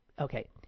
okay